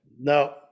No